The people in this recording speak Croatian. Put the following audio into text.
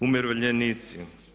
Umirovljenici.